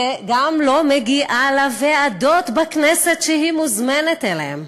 וגם לא מגיעה לוועדות בכנסת שהיא מוזמנת אליהן,